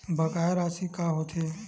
बकाया राशि का होथे?